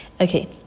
okay